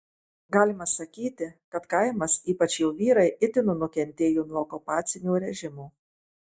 galima sakyti kad kaimas ypač jo vyrai itin nukentėjo nuo okupacinio režimo